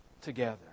together